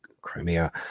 Crimea